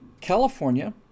California